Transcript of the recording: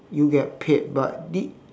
you get paid but this